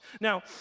Now